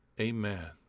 amen